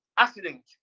Accident